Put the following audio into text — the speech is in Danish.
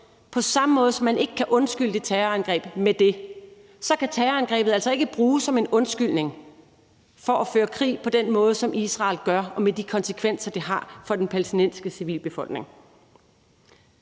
På samme måde, som man ikke kan undskylde det terrorangreb med det, kan terrorangrebet altså ikke bruges som en undskyldning for at føre krig på den måde, som Israel gør, og med de konsekvenser, det har for den palæstinensiske civilbefolkning.